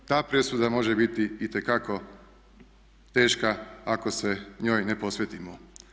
Ta presuda može biti itekako teška ako se njoj ne posvetimo.